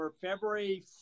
February